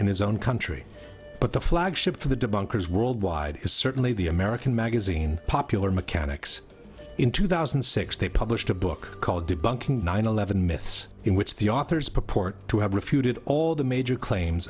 in his own country but the flagship for the debunkers worldwide is certainly the american magazine popular mechanics in two thousand and six they published a book called debunking nine eleven myths in which the authors purport to have refuted all the major claims